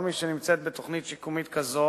כל מי שנמצאת בתוכנית שיקומית כזאת,